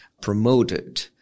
promoted